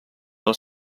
del